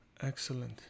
Excellent